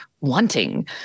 wanting